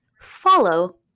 follow